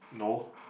no